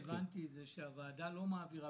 מה שאני הבנתי זה שהוועדה לא מעבירה